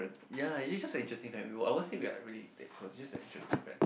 ya he's such a interesting friend we won't I won't say we are really that close just a interesting friend